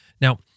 Now